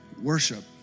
Worship